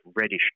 reddish